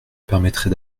permettrait